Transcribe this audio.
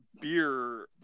beer